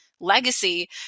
legacy